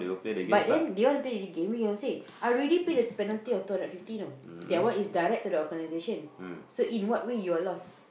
but then they want me to pay again I already pay the penalty of two hundred fifty you know that one is direct to the organisation so in what way you have lost